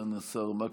סגן השר מקלב,